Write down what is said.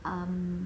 um